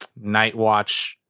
Nightwatch